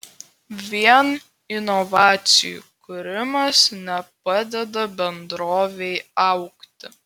vien inovacijų kūrimas nepadeda bendrovei augti